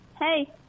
hey